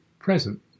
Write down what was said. present